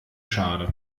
schade